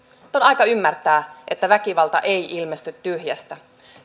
nyt on aika ymmärtää että väkivalta ei ilmesty tyhjästä